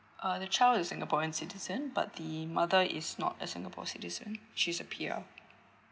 uh the child is singaporean citizen but the mother is not a singapore citizen she's a P_R